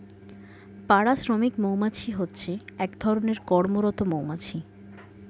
পাড়া শ্রমিক মৌমাছি হচ্ছে এক ধরণের কর্মরত মৌমাছি